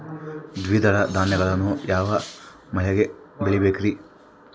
ದ್ವಿದಳ ಧಾನ್ಯಗಳನ್ನು ಯಾವ ಮಳೆಗೆ ಬೆಳಿಬೇಕ್ರಿ?